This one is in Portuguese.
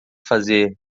fazer